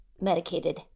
medicated